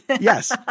Yes